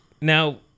Now